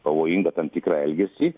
pavojingą tam tikrą elgesį